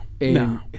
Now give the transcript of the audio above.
no